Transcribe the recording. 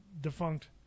defunct